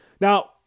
now